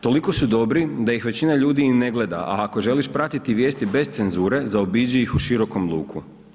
Toliko su dobri da ih većina ljudi i ne gleda, a ako želiš pratiti vijesti bez cenzure zaobiđi ih u širokom luku.